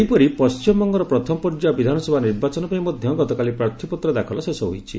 ସେହିପରି ପଣ୍ଟିମବଙ୍ଗର ପ୍ରଥମ ପର୍ଯ୍ୟାୟ ବିଧାନସଭା ନିର୍ବାଚନ ପାଇଁ ମଧ୍ୟ ଗତକାଲି ପ୍ରାର୍ଥୀପତ୍ର ଦାଖଲ ଶେଷ ହୋଇଛି